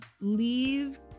leave